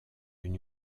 une